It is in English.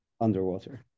underwater